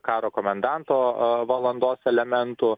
karo komendanto valandos elementų